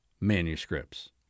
manuscripts